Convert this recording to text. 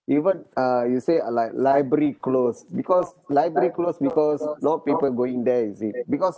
even uh you say uh like library close because library close because no people going there you see because